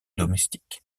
domestique